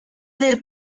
del